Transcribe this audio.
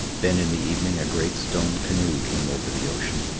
then in the evening a great stone canoe came over the ocean,